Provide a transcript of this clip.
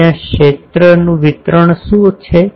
હવે ત્યાં ક્ષેત્રનું વિતરણ શું છે